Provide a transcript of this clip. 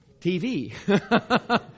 TV